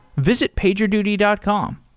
visit pagerduty dot com.